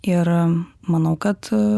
ir manau kad